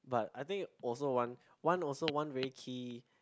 but I think also one one also one very key